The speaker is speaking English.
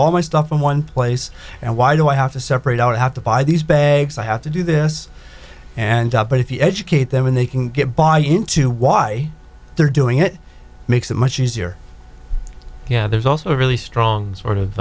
all my stuff in one place and why do i have to separate out have to buy these bags i have to do this and but if you educate them and they can get by into why they're doing it makes it much easier yeah there's also a really strong sort